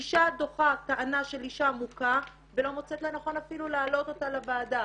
אישה דוחה טענה של אישה מוכה ולא מוצאת לנכון אפילו להעלות אותה לוועדה.